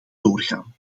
doorgaan